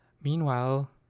meanwhile